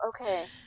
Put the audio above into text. okay